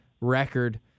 record